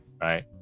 right